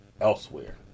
elsewhere